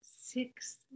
six